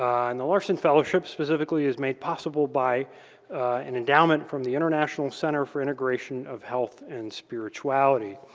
and the larson fellowships, specifically, is made possible by an endowment from the international center for integration of health and spirituality.